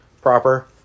proper